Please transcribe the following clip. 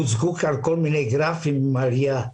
הוצגו כאן כל מיני גרפים עם עלייה,